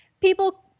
People